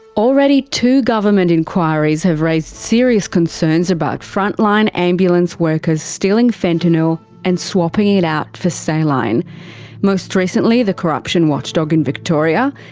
already two government inquiries have raised serious concerns about frontline ambulance workers stealing fentanyl and swapping it out for so saline, most recently the corruption watchdog in victoria,